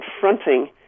confronting